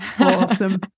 awesome